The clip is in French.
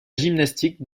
gymnastique